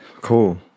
Cool